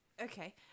Okay